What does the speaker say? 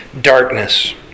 darkness